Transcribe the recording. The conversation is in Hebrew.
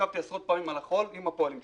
נשכבתי עשרות פעמים על החול עם הפועלים שלי.